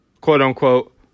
quote-unquote